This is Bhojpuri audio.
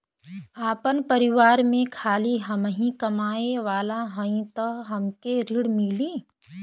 आपन परिवार में खाली हमहीं कमाये वाला हई तह हमके ऋण मिली?